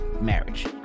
Marriage